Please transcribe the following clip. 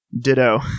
Ditto